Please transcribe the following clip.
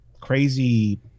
crazy